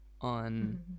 On